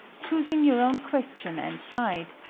choosing your own question and side,